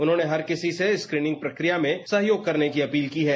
उन्होंने हर किसी से स्क्रीनिंग प्रक्रिया में सहयोग करने की अपील की है